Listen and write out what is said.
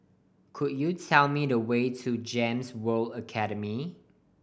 could you tell me the way to GEMS World Academy